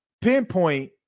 pinpoint